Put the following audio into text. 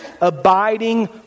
abiding